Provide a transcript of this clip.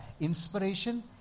inspiration